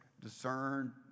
discern